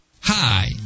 Hi